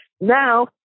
Now